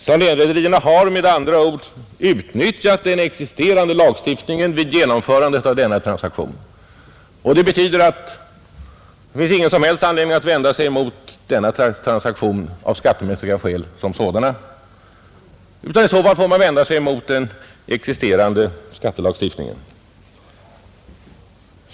Salénrederierna har med andra ord utnyttjat den existerande lagstiftningen vid genomförandet av denna transaktion. Detta betyder att det inte finns någon som helst anledning att vända sig mot denna transaktion av skattemässiga skäl, utan i så fall får man vända sig mot den existerande skattelagstiftningen.